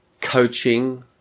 coaching